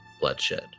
bloodshed